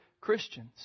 Christians